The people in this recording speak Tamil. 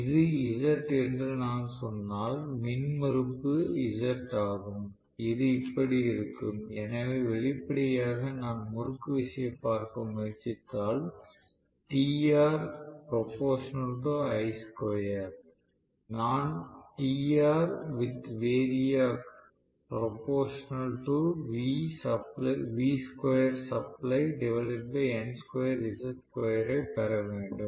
இது Z என்று நான் சொன்னால் மின்மறுப்பு Z ஆகும் இது இப்படி இருக்கும் எனவே வெளிப்படையாக நான் முறுக்குவிசையை பார்க்க முயற்சித்தால் நான் பெற வேண்டும்